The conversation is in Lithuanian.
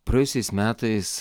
praėjusiais metais